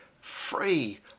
free